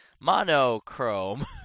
Monochrome